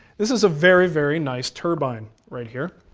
this is a very very nice turbine right here.